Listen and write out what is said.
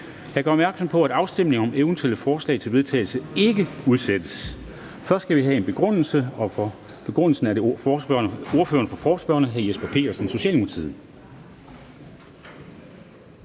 Jeg gør opmærksom på, at afstemning om eventuelle forslag til vedtagelse ikke udsættes. Vi skal først have en begrundelse, og det er ordføreren for forespørgerne, hr. Jesper Petersen, der